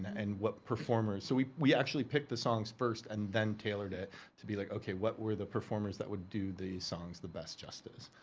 and what performer. so we we actually picked the songs first and then tailored it to be like, okay, what were the performers that would do the songs the best justice?